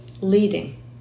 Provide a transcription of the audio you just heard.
leading